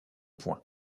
point